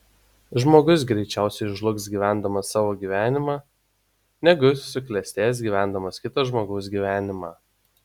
žmogus greičiau žlugs gyvendamas savo gyvenimą negu suklestės gyvendamas kito žmogaus gyvenimą